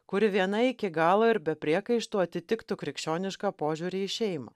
kuri viena iki galo ir be priekaištų atitiktų krikščionišką požiūrį į šeimą